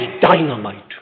dynamite